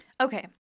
Okay